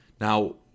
Now